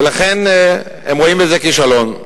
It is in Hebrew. ולכן, הם רואים בזה כישלון.